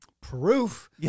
Proof